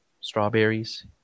strawberries